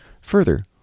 Further